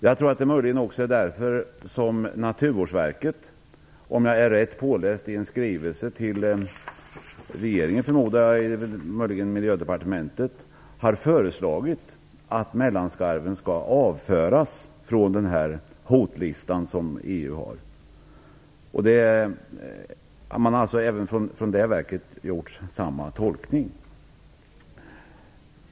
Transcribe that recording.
Jag tror att det möjligen också är därför som Naturvårdsverket, om jag är rätt påläst, i en skrivelse till regeringen eller möjligen till Miljödepartementet har föreslagit att mellanskarven skall avföras från den hotlista som EU har. De har alltså också gjort samma tolkning.